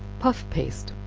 puff paste.